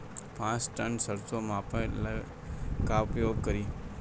पाँच टन सरसो मापे ला का उपयोग करी?